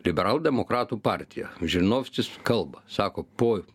liberaldemokratų partija žirinovskis kalba sako po